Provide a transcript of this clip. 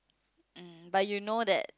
um but you know that